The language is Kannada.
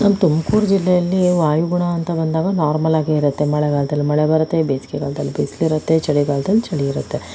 ನಮ್ಮ ತುಮಕೂರು ಜಿಲ್ಲೆಯಲ್ಲಿ ವಾಯುಗುಣ ಅಂತ ಬಂದಾಗ ನಾರ್ಮಲ್ ಆಗೇ ಇರುತ್ತೆ ಮಳೆಗಾಲದಲ್ಲಿ ಮಳೆ ಬೇಸಿಗೆಗಾಲದಲ್ಲಿ ಬಿಸಿಲಿರುತ್ತೆ ಚಳಿಗಾಲದಲ್ಲಿ ಚಳಿ ಇರುತ್ತೆ